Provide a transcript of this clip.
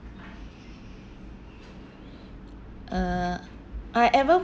uh I ever